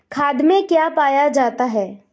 खाद में क्या पाया जाता है?